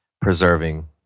preserving